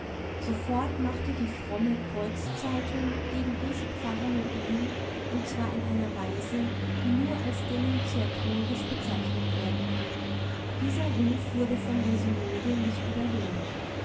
sofort machte die fromme kreuzzeitung gegen diesen pfarrer mobil und zwar in einer weise die nur als denunziatorisch bezeichnet werden kann dieser ruf wurde von der synode nicht überhört